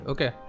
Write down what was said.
Okay